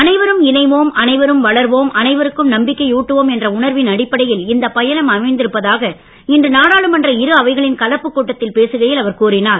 அனைவரும் இணைவோம் அனைவரும் வளர்வோம் அனைவருக்கும நம்பிக்கையூட்டுவோம் என்ற உணர்வின் அடிப்படையில் இந்தப் பயணம் அமைந்திருப்பதாக இன்று நாடாளுமன்ற இரு அவைகளின் கலப்புக் கூட்டத்தில் பேசுகையில் அவர் கூறினார்